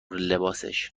لباسش